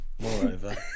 moreover